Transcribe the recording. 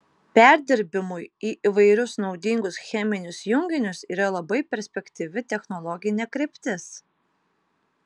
perdirbimui į įvairius naudingus cheminius junginius yra labai perspektyvi technologinė kryptis